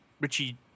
richie